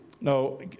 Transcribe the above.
No